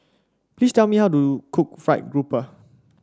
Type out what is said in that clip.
please tell me how to cook fried grouper